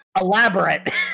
Elaborate